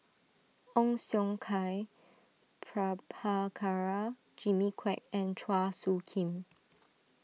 Ong Siong Kai Prabhakara Jimmy Quek and Chua Soo Khim